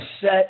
set